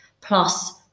plus